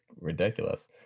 ridiculous